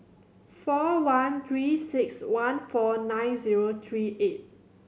four one Three Six One four nine zero three eight